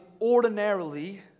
ordinarily